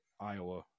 Iowa